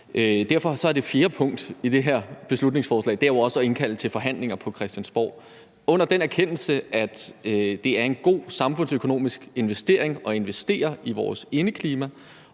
Derfor er det fjerde punkt i det her beslutningsforslag jo også at indkalde til forhandlinger på Christiansborg i erkendelse af, at det er en god samfundsøkonomisk investering at investere i vores indeklima,